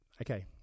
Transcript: Okay